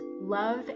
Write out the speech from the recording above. love